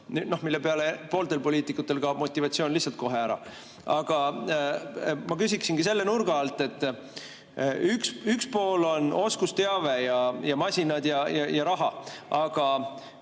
Selle peale kaob pooltel poliitikutel motivatsioon lihtsalt kohe ära. Aga ma küsingi selle nurga alt, et üks pool on oskusteave, masinad ja raha, aga